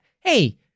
hey